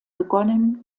begonnen